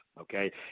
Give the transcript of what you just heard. Okay